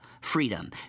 freedom